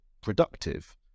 productive